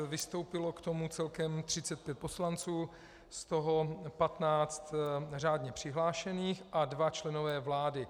Vystoupilo k tomu celkem 35 poslanců, z toho 15 řádně přihlášených, a dva členové vlády.